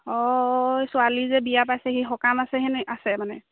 অ ছোৱালী যে বিয়া পাইছেহি সকাম আছে হেনে আছে মানে